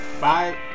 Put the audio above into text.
Bye